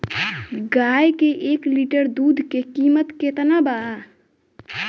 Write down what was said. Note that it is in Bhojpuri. गाय के एक लीटर दुध के कीमत केतना बा?